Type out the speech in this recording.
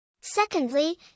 Secondly